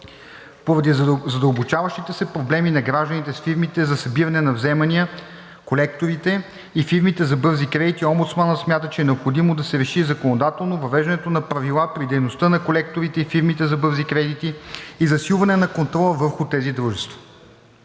Поради задълбочаващите се проблеми на гражданите с фирмите за събиране на вземания (колекторите) и фирмите за бързи кредити омбудсманът смята, че е необходимо да се реши законодателно въвеждането на правила при дейността на колекторите и фирмите за бързи кредити и засилване на контрола върху тези дружества.